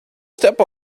step